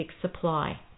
supply